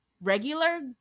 regular